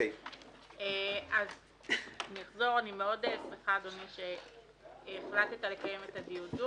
אני מאוד שמחה אדוני שהחלטת לקיים את הדיון.